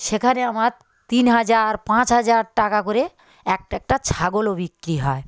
সেখানে আমার তিন হাজার পাঁচ হাজার টাকা করে একটা একটা ছাগলও বিক্রি হয়